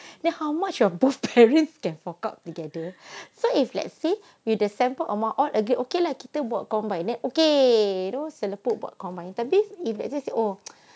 then how much your both parents can fork out together so if let's say you dah sample among all again okay lah kita work combine then okay celebrate buat combine tapi if let's say oh